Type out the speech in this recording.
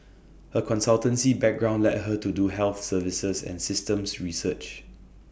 her consultancy background led her to do health services and systems research